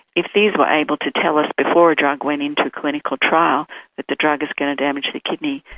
if these were able to tell us before a drug went into clinical trial that the drug is going to damage the kidney,